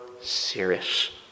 serious